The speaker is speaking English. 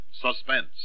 suspense